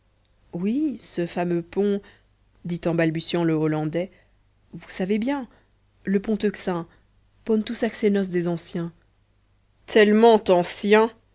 oui ce fameux pont dit en balbutiant le hollandais vous savez bien le pont euxin pontus axenos des anciens tellement ancien